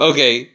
Okay